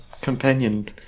companion